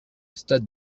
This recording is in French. stade